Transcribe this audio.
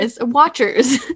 watchers